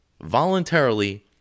voluntarily